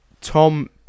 Tom